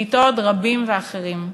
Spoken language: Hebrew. ואתו עוד רבים ואחרים.